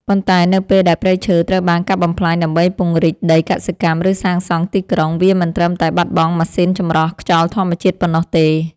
ប៉ុន្តែនៅពេលដែលព្រៃឈើត្រូវបានកាប់បំផ្លាញដើម្បីពង្រីកដីកសិកម្ម ឬសាងសង់ទីក្រុង វាមិនត្រឹមតែបាត់បង់ម៉ាស៊ីនចម្រោះខ្យល់ធម្មជាតិប៉ុណ្ណោះទេ។